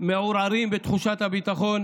בתחושת ביטחון